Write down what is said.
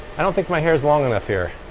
i don't think my hair is long enough here.